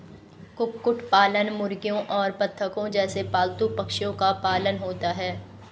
कुक्कुट पालन मुर्गियों और बत्तखों जैसे पालतू पक्षियों का पालन होता है